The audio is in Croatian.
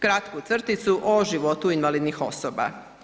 Kratku crticu o životu invalidnih osoba.